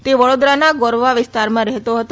તે વડોદરાના ગોરવા વિસ્તારમાં રહેતો હતો